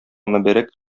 мөбарәк